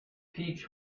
peach